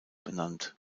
benannt